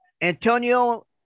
Antonio